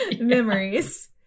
memories